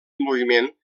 moviment